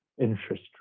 interest